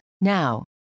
Now